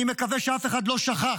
אני מקווה שאף אחד לא שכח